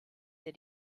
der